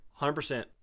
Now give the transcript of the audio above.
100